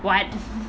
what